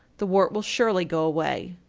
the wart will surely go away.